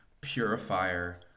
purifier